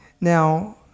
Now